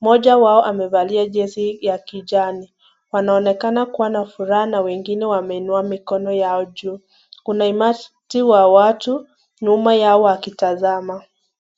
Mmoja wao amevalia jezi ya kijani wanaonekana kuwa na furaha na wameinua mikono yao juu. Kuna umati wa watu nyuma yao wakitazama.